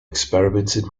experimented